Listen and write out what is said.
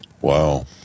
Wow